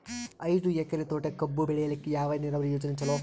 ಐದು ಎಕರೆ ತೋಟಕ ಕಬ್ಬು ಬೆಳೆಯಲಿಕ ಯಾವ ನೀರಾವರಿ ಯೋಜನೆ ಚಲೋ?